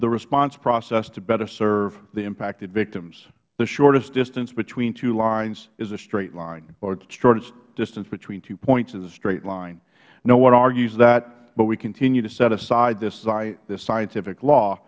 the response process to better serve the impacted victims the shortest distance between two lines is a straight lineh or the shortest distance between two points is a straight line no one argues that but we continue to set aside this scientific law